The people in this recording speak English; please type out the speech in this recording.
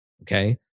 Okay